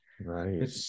right